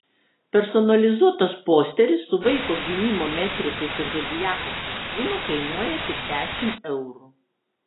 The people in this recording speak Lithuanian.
personalizuotas posteris su vaiko gimimo metrikais ir zodiako žvaigždynu kainuoja tik dešimt eurų